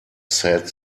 said